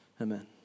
amen